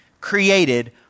created